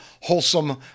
wholesome